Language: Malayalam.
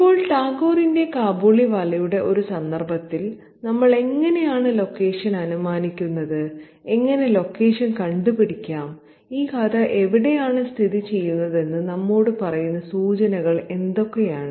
ഇപ്പോൾ ടാഗോറിന്റെ കാബൂളിവാലയുടെ ഒരു സന്ദർഭത്തിൽ നമ്മൾ എങ്ങനെയാണ് ലൊക്കേഷൻ അനുമാനിക്കുന്നത് എങ്ങനെ ലൊക്കേഷൻ കണ്ടുപിടിക്കാം ഈ കഥ എവിടെയാണ് സ്ഥിതി ചെയ്യുന്നതെന്ന് നമ്മോട് പറയുന്ന സൂചനകൾ എന്തൊക്കെയാണ്